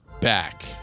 back